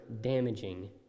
damaging